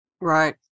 Right